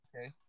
Okay